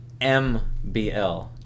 MBL